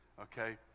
okay